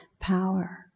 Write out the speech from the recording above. power